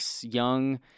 young